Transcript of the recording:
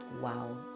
wow